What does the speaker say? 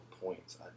points